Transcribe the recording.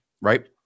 right